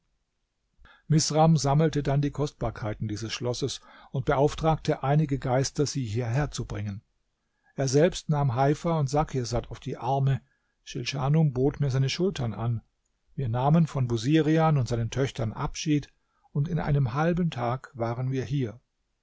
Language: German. misram sammelte dann die kostbarkeiten dieses schlosses und beauftragte einige geister sie hierher zu bringen er selbst nahm heifa und sakirsad auf die arme schilschanum bot mir seine schultern an wir nahmen von busirian und seinen töchtern abschied und in einem halben tag waren wir hier